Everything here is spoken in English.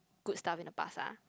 good stuff in the past ah